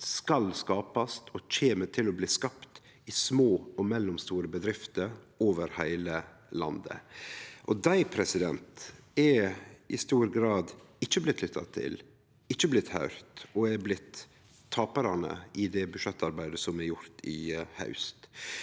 skal skapast og kjem til å bli skapte i små og mellomstore bedrifter over heile landet. Dei er i stor grad ikkje blitt lytta til, ikkje blitt høyrde og er blitt taparane i det budsjettarbeidet som er gjort i haust.